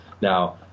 Now